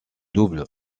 double